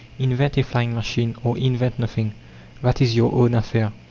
invent a flying machine, or invent nothing that is your own affair.